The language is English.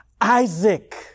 Isaac